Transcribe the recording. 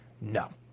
no